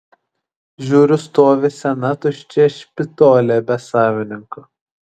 žiūriu stovi sena tuščia špitolė be savininko